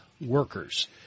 workers